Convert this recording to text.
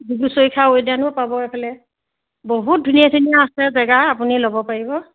ডিব্ৰুচৈখোৱা উদ্যানো পাব এইফালে বহুত ধুনীয়া ধুনীয়া আছে জেগা আপুনি ল'ব পাৰিব